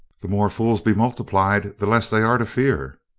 the more fools be multiplied the less they are to fear.